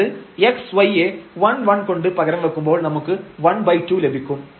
അതായത് xy യെ 11 കൊണ്ട് പകരം വെക്കുമ്പോൾ നമുക്ക് 12 ലഭിക്കും